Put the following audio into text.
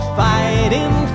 fighting